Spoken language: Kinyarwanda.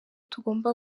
tugomba